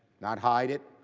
not hide it.